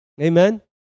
Amen